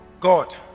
God